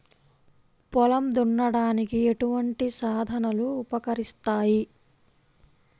పొలం దున్నడానికి ఎటువంటి సాధనలు ఉపకరిస్తాయి?